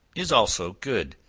is also good.